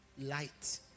light